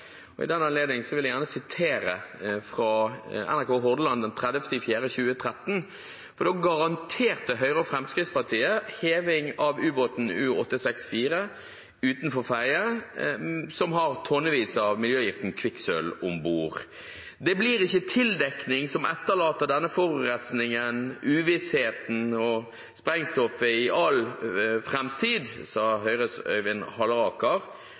I den anledning vil jeg gjerne sitere fra NRK Hordaland den 30. april 2013. Da garanterte Høyre og Fremskrittspartiet heving av ubåten U-864 utenfor Fedje som har tonnevis av miljøgiften kvikksølv om bord. Høyres Øyvind Halleraker sa: «Det blir ikke tildekking som etterlater denne forurensingen, uvissheten og sprengstoffet i alle fremtid.» Arne Sortevik fra Fremskrittspartiet sa: